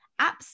apps